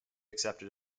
accepted